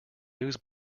news